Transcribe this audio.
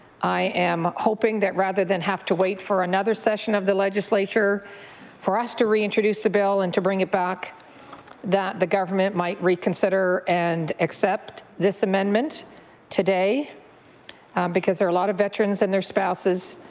i am hoping that rather than have to wait for another session of the legislature for us to reintroduce the bill and to bring it back that the government might reconsider and accept this amendment today because there are a lot of veterans and their spouses